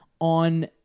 on